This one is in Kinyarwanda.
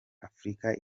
afurika